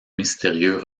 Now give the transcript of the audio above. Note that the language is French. mystérieux